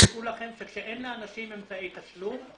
ותדעו לכם שכשאין לאנשים אמצעי תשלום,